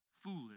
foolish